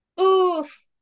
Oof